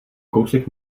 kousek